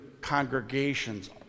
congregations